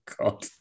God